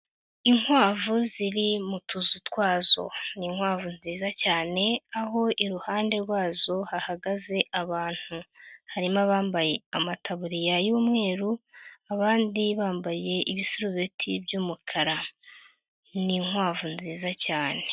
Inkwavu ziri mu tuzu twazo, ni inkwavu nziza cyane aho iruhande rwazo hahagaze abantu, harimo abambaye amatabuririya y'umweru abandi bambaye ibisirubeti by'umukara n'inkwavu nziza cyane.